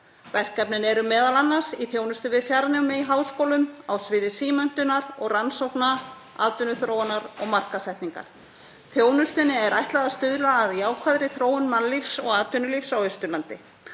Verkefnin eru m.a. í þjónustu við fjarnema í háskólum, á sviði símenntunar og rannsókna, atvinnuþróunar og markaðssetningar. Þjónustunni er ætlað að stuðla að jákvæðri þróun mannlífs og atvinnulífs á Austurlandi.